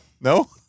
No